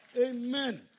Amen